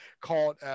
called –